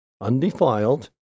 undefiled